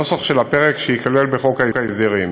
נוסח של הפרק שייכלל בחוק ההסדרים.